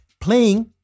playing